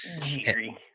Jerry